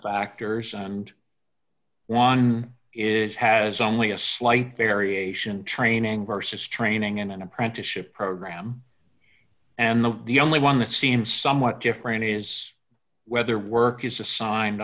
factors and one is has only a slight variation training versus training in an apprenticeship program and the the only one that seems somewhat different is whether work is assigned